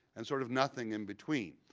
and sort of nothing in between.